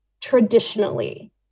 traditionally